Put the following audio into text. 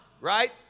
right